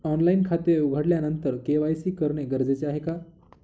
Online खाते उघडल्यानंतर KYC करणे गरजेचे आहे का?